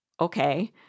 okay